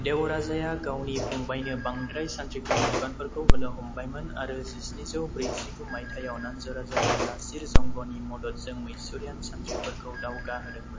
देवराजा गावनि फंबायनो बांद्राय सानथ्रिफोरनि बिबानफोरखौ होनो हमबायमोन आरो जिस्निजौ ब्रैजिगु माइथाइयाव नानज' राजाया नासिर जंग'नि मददजों मैसुरियान सानथ्रिफोरखौ दावगा होदोंमोन